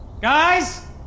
Guys